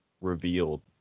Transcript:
revealed